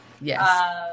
Yes